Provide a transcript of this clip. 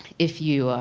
if you are.